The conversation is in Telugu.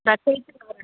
రచయిత కాదండి